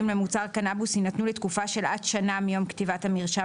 למוצר קנבוס יינתנו לתקופה של עד שנה מיום כתיבת המרשם